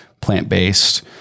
plant-based